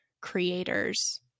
creators